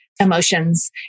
emotions